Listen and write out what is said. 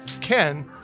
ken